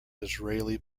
israeli